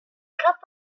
cup